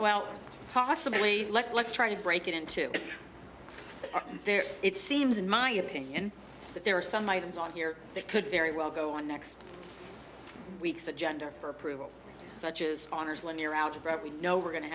well possibly let's try to break it into there it seems in my opinion that there are some items on here that could very well go on next week's agenda for approval such as honor's linear algebra we know we're going to